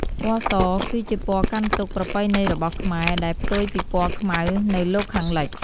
ពណ៌ស គឺជាពណ៌កាន់ទុក្ខប្រពៃណីរបស់ខ្មែរ ដែលផ្ទុយពីពណ៌ខ្មៅនៅលោកខាងលិច។